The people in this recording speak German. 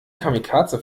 kamikaze